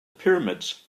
pyramids